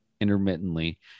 intermittently